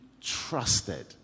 trusted